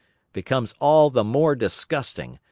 becomes all the more disgusting,